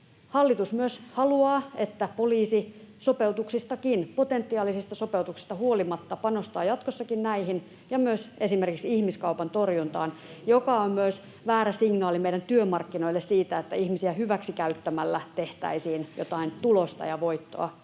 Hallitus myös haluaa, että poliisi sopeutuksistakin, potentiaalisista sopeutuksista, huolimatta panostaa jatkossakin näihin ja myös esimerkiksi ihmiskaupan torjuntaan. Ihmiskauppa on myös väärä signaali meidän työmarkkinoillemme siitä, että ihmisiä hyväksikäyttämällä tehtäisiin jotain tulosta ja voittoa.